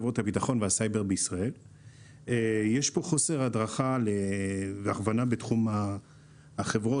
יש פה חוסר הדרכה והכוונה בתחום החברות שעוסקות בביטחון.